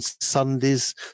Sundays